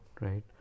right